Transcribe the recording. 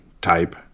type